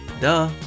Duh